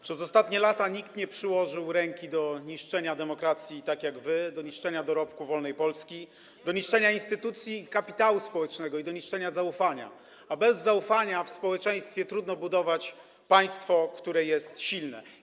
Przez ostatnie lata nikt nie przyłożył ręki do niszczenia demokracji tak jak wy, do niszczenia dorobku wolnej Polski, do niszczenia instytucji kapitału społecznego i do niszczenia zaufania, a bez zaufania w społeczeństwie trudno budować państwo, które jest silne.